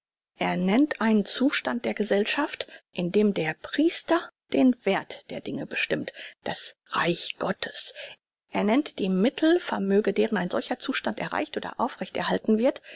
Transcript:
er nennt einen zustand der gesellschaft in dem der priester den werth der dinge bestimmt das reich gottes er nennt die mittel vermöge deren ein solcher zustand erreicht oder aufrecht erhalten wird